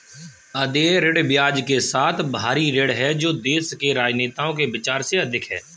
अदेय ऋण ब्याज के साथ बाहरी ऋण है जो देश के राजनेताओं के विचार से अधिक है